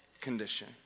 condition